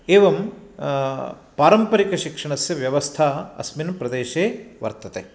एवं पारम्परिकशिक्षणस्य व्यवस्था अस्मिन् प्रदेशे वर्तते